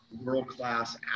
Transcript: world-class